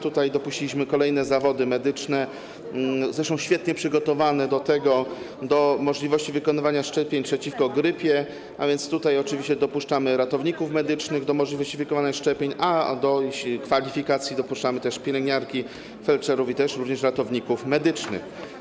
Tutaj dopuściliśmy kolejne zawody medyczne, zresztą świetnie przygotowane, do możliwości wykonywania szczepień przeciwko grypie, a więc oczywiście dopuszczamy ratowników medycznych do możliwości wykonywania szczepień, a do kwalifikacji dopuszczamy też pielęgniarki, felczerów i ratowników medycznych.